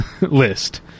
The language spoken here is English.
list